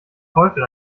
teufel